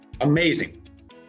amazing